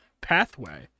pathway